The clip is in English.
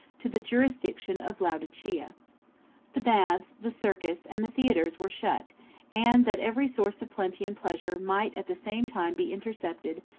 to the jurisdiction of laodicea. the baths, the circus, and the theatres were shut and, that every source of plenty and pleasure might at the same time be intercepted,